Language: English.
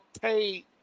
paid